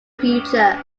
future